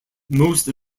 most